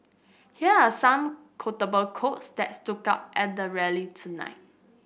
here are some quotable quotes that stood out at the rally tonight